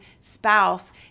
spouse